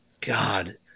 God